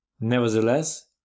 Nevertheless